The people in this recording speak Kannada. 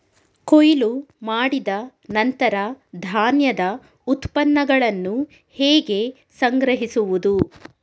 ಕೊಯ್ಲು ಮಾಡಿದ ನಂತರ ಧಾನ್ಯದ ಉತ್ಪನ್ನಗಳನ್ನು ಹೇಗೆ ಸಂಗ್ರಹಿಸುವುದು?